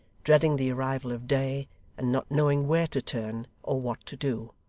dreading the arrival of day and not knowing where to turn or what to do.